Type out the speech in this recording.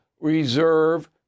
reserve